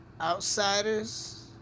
Outsiders